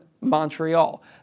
Montreal